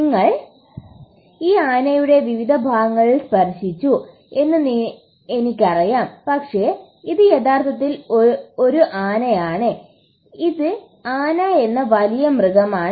നിങ്ങൾ ഈ ആനയുടെ വിവിധ ഭാഗങ്ങളിൽ സ്പർശിച്ചു എന്ന് എനിക്കറിയാം പക്ഷേ ഇത് യഥാർത്ഥത്തിൽ ഒരു ആനയാണ് ഇത് ആന എന്ന വലിയ മൃഗമാണ്